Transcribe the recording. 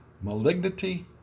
malignity